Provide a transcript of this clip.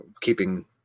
keeping